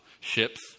ships